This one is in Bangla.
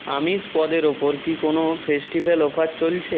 আমিষ পদের ওপর কি কোনও ফেস্টিভ্যাল অফার চলছে